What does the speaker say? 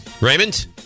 Raymond